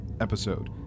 episode